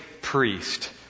priest